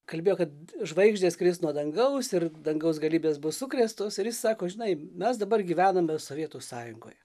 kalbėjo kad žvaigždės kris nuo dangaus ir dangaus galybės bus sukrėstos ir jis sako žinai mes dabar gyvename sovietų sąjungoj